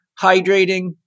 hydrating